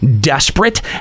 Desperate